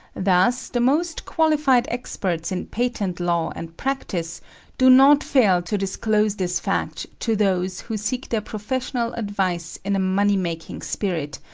thus the most qualified experts in patent law and practice do not fail to disclose this fact to those who seek their professional advice in a money-making spirit,